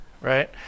right